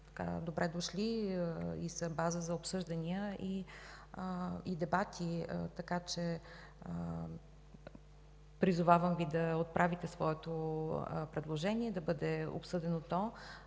добре дошли и са база за обсъждания и дебати. Така че призовавам Ви да отправите своето предложение и то да бъде обсъдено.